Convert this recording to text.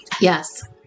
Yes